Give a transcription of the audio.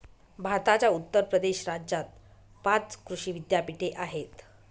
भारताच्या उत्तर प्रदेश राज्यात पाच कृषी विद्यापीठे आहेत